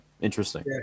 Interesting